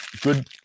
Good